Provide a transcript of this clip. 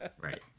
Right